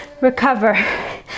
recover